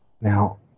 Now